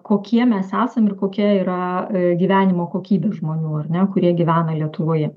kokie mes esam ir kokia yra gyvenimo kokybė žmonių ar ne kurie gyvena lietuvoje